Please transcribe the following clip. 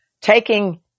taking